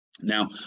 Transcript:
Now